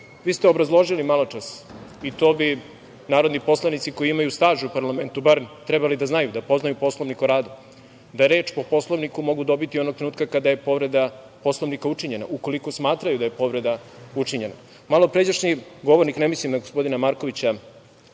ste obrazložili malo čas i to bi narodni poslanici, bar oni koji imaju staža u parlamentu, trebali da znaju, da poznaju Poslovnik o radu, da reč po Poslovniku mogu dobiti onog trenutka kada je povreda Poslovnika učinjena, ukoliko smatraju da je povreda učinjena. Malopređašnji govornik, ne mislim na gospodina Markovića,